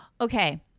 Okay